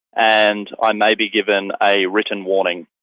and i may be given a written warning,